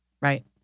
right